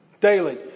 Daily